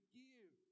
give